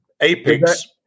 Apex